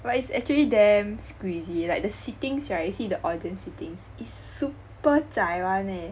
but it's actually damn squeezy like the seatings right see the audience seatings is super 窄 [one] leh